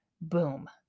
Boom